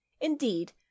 Indeed